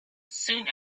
soon